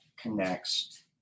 connects